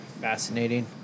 fascinating